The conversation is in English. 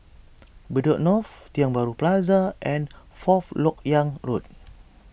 Bedok North Tiong Bahru Plaza and Fourth Lok Yang Road